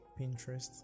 pinterest